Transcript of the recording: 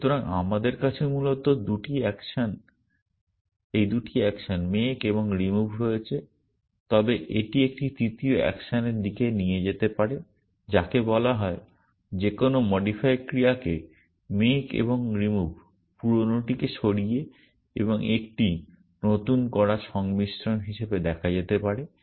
সুতরাং আমাদের কাছে মূলত এই 2টি অ্যাকশন মেক এবং রিমুভ রয়েছে তবে এটি একটি তৃতীয় অ্যাকশনের দিকে নিয়ে যেতে পারে যাকে বলা হয় যেকোন মোডিফাই ক্রিয়াকে মেক এবং রিমুভ পুরানোটিকে সরিয়ে এবং একটি নতুন করার সংমিশ্রণ হিসাবে দেখা যেতে পারে